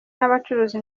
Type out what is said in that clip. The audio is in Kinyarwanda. n’abacuruzi